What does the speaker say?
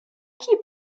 qui